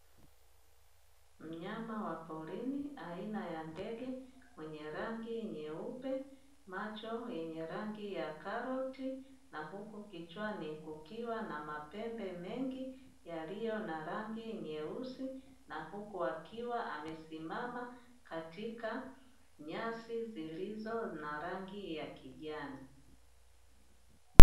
Mnyama wa porini aina ya ndege mwenye rangi nyeupe macho yenye rangi ya karoti, na huku kichwani kukiwa na mapembe mengi yaliyo na rangi nyeusi, na huku akiwa amesimama katika nyasi zilizo na rangi ya kijani.